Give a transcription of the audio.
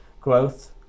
growth